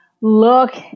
look